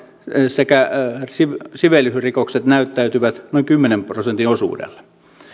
sekä siveellisyysrikokset näyttäytyvät noin kymmenen prosentin osuudella